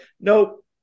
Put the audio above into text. Nope